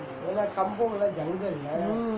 mm